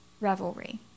revelry